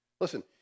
Listen